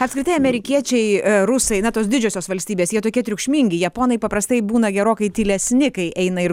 apskritai amerikiečiai rusai na tos didžiosios valstybės jie tokie triukšmingi japonai paprastai būna gerokai tylesni kai eina ir